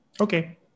Okay